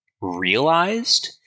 realized